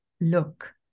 look